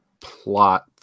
plot